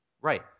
Right